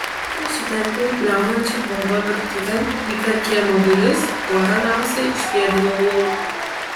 aš nusitempiau bliaunančią bobą virtuvėn ir per kiemo duris kuo ramiausiai išpėdinau lauk